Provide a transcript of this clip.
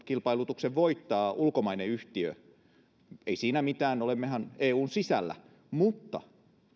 kilpailutuksen voittaa ulkomainen yhtiö niin ei siinä mitään olemmehan eun sisällä mutta